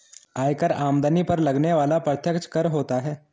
आयकर आमदनी पर लगने वाला प्रत्यक्ष कर होता है